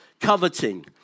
Coveting